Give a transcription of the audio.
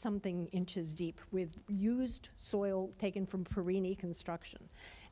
something inches deep with used soil taken from perini construction